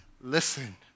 listen